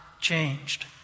changed